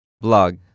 Blog